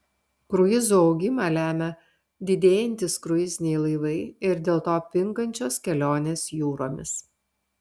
kruizų augimą lemia didėjantys kruiziniai laivai ir dėl to pingančios kelionės jūromis